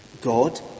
God